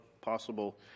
possible